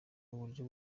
uburyo